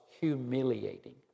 humiliating